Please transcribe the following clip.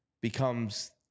becomes